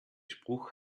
spruch